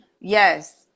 Yes